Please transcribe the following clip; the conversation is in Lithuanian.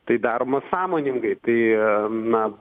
tai daroma sąmoningai tai na